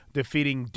defeating